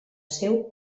seu